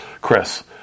Chris